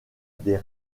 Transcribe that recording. des